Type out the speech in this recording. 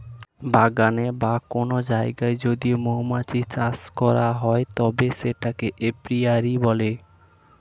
বাগানে বা কোন জায়গায় যদি মৌমাছি চাষ করা হয় তবে সেটাকে এপিয়ারী বলে